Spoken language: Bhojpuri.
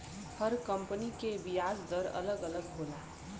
हर कम्पनी के बियाज दर अलग अलग होला